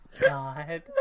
God